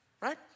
right